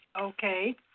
Okay